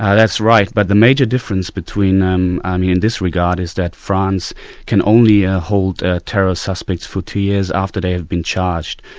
ah that's right, but the major difference between um um them in this regard is that france can only ah hold ah terror suspects for two years after they have been charged.